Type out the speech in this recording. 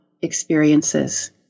experiences